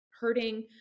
hurting